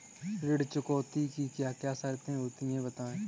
ऋण चुकौती की क्या क्या शर्तें होती हैं बताएँ?